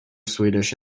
swedish